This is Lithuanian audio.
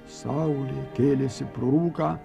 saulė kėlėsi pro rūką